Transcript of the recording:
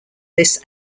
this